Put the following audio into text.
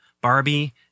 Barbie